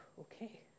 Okay